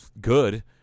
good